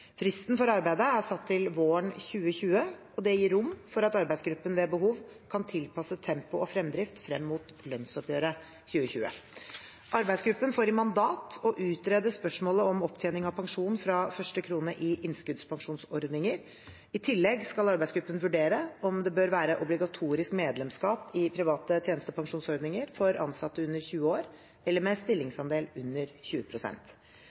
Fristen for arbeidet er satt til våren 2020. Det gir rom for at arbeidsgruppen ved behov kan tilpasse tempo og fremdrift frem mot lønnsoppgjøret i 2020. Arbeidsgruppen får i mandat å utrede spørsmålet om opptjening av pensjon fra første krone i innskuddspensjonsordninger. I tillegg skal arbeidsgruppen vurdere om det bør være obligatorisk medlemskap i private tjenestepensjonsordninger for ansatte under 20 år eller med